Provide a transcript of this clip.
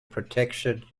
protection